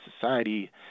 society